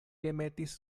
remetis